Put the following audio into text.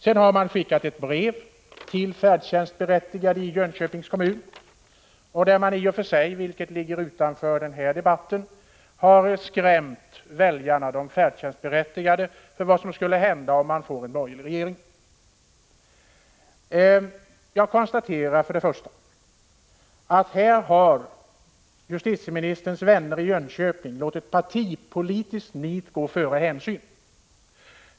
Sedan har man skickat brev till färdtjänstberättigade i Jönköpings kommun där man, vilket i och för sig ligger utanför den här debatten, har skrämt de färdtjänstberättigade för vad som skulle hända om Sverige får en borgerlig regering. Jag konstaterar att justitieministerns vänner i Jönköping harlåtit partipolitiskt nit gå före hänsyn.